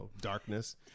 darkness